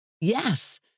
Yes